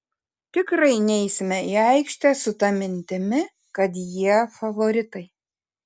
tikrai neisime į aikštę su ta mintimi kad jie favoritai